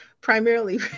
Primarily